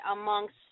amongst